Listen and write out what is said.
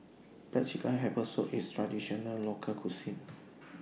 Black Chicken Herbal Soup IS A Traditional Local Cuisine